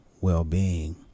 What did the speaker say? well-being